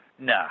Nah